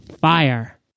fire